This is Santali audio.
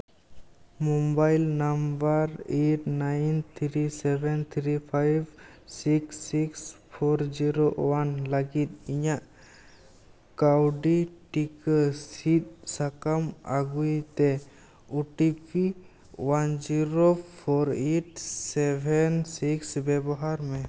mobile number eight nine three seven three five six six four zero one ᱞᱟᱹᱜᱤᱫ ᱤᱧᱟᱹᱜ ᱠᱟᱹᱣᱰᱤ ᱴᱤᱠᱟᱹ ᱥᱤᱫᱽ ᱥᱟᱠᱟᱢ ᱟᱹᱜᱩᱭ ᱛᱮ O T P one zero four eight seven six ᱵᱮᱵᱚᱦᱟᱨ ᱢᱮ